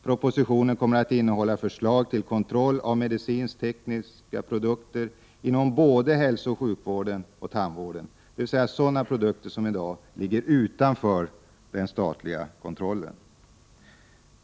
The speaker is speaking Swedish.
Propositionen kommer att innehålla förslag till kontroll av medicinsk-tekniska produkter inom både hälsooch sjukvården och tandvården, dvs. sådana produkter som i dag ligger utanför den statliga kontrollen.